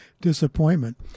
disappointment